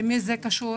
למי זה קשור?